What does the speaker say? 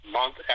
month